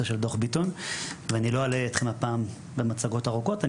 של דוח ביטון ואני לא אלאה אתכם הפעם במצגות ארוכות.